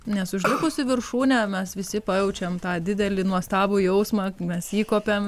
nes užlipus į viršūnę mes visi pajaučiam tą didelį nuostabų jausmą mes į jį kopiame